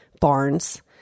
barns